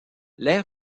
l’air